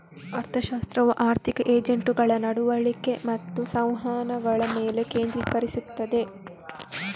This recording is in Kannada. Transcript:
ಅರ್ಥಶಾಸ್ತ್ರವು ಆರ್ಥಿಕ ಏಜೆಂಟುಗಳ ನಡವಳಿಕೆ ಮತ್ತು ಸಂವಹನಗಳ ಮೇಲೆ ಕೇಂದ್ರೀಕರಿಸುತ್ತದೆ